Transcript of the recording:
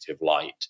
light